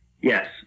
Yes